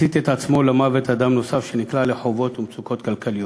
הצית את עצמו למוות אדם נוסף שנקלע לחובות ומצוקות כלכליות.